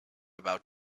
about